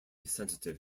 sensitive